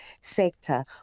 sector